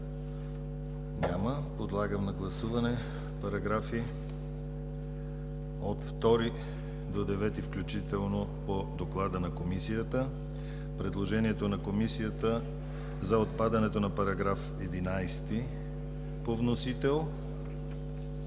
Няма. Подлагам на гласуване параграфи от 2 до 9 включително по доклада на Комисията, предложението на Комисията за отхвърлянето на § 11 по вносител,